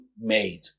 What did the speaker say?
made